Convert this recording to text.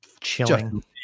chilling